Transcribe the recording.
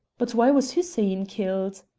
but why was hussein killed?